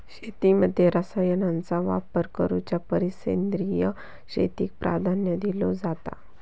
शेतीमध्ये रसायनांचा वापर करुच्या परिस सेंद्रिय शेतीक प्राधान्य दिलो जाता